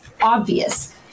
obvious